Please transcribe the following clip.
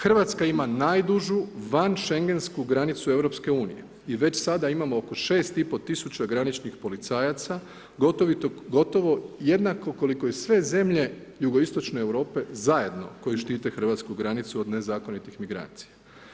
Hrvatska ima najdužu, van Šengensku granicu EU i već sada imamo oko 6 i pol tisuća graničnih policajaca, gotovo jednako koliko i sve zemlje jugoistočne Europe zajedno koje štite hrvatsku granicu od nezakonitih migracija.